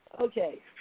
Okay